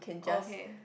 okay